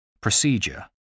procedure